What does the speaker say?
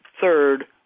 Third